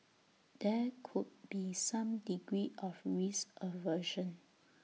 there could be some degree of risk aversion